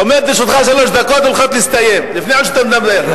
עומדות לרשותך שלוש דקות שהולכות להסתיים עד שאתה מדבר.